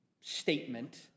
statement